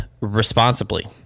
responsibly